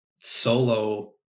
solo